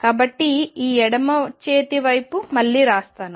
కాబట్టి ఈ ఎడమ చేతి వైపు మళ్ళీరాస్తాను